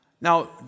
Now